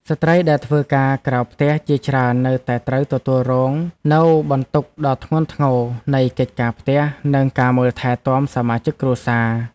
ស្ត្រីដែលធ្វើការក្រៅផ្ទះជាច្រើននៅតែត្រូវទទួលរងនូវបន្ទុកដ៏ធ្ងន់ធ្ងរនៃកិច្ចការផ្ទះនិងការមើលថែទាំសមាជិកគ្រួសារ។